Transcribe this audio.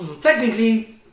Technically